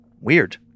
weird